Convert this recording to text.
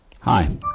Hi